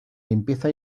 limpieza